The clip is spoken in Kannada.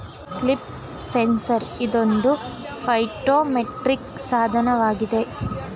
ಲೀಫ್ ಸೆನ್ಸಾರ್ ಇದೊಂದು ಫೈಟೋಮೆಟ್ರಿಕ್ ಸಾಧನವಾಗಿದೆ